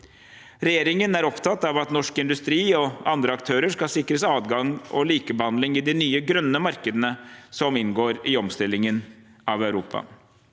Regjeringen er opptatt av at norsk industri og andre aktører skal sikres adgang og likebehandling i de nye grønne markedene som inngår i omstillingen av Europa.